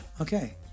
Okay